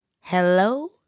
hello